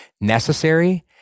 necessary